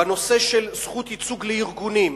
בנושא של זכות ייצוג לארגונים,